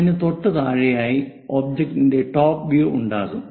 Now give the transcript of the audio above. അതിനു തൊട്ടുതാഴെയായി ഒബ്ജക്റ്റിന്റെ ടോപ് വ്യൂ ഉണ്ടാകും